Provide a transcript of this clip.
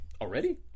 Already